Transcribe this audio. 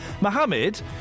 Mohammed